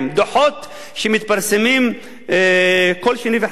דוחות שמתפרסמים כל שני וחמישי על-ידי